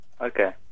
Okay